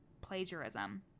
plagiarism